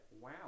Wow